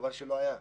דבר שלא היה.